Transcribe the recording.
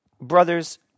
Brothers